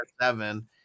seven